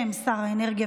סליחה.